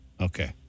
Okay